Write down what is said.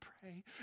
pray